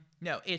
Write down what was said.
No